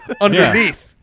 Underneath